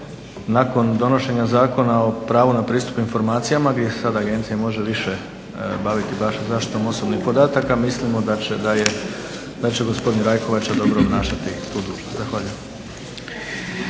nakon donošenja Zakona o pravu na pristup informacijama gdje se sad agencija može više baviti baš zaštitom osobnih podataka mislimo da će gospodin Rajkovača dobro obnašati tu dužnost. Zahvaljujem.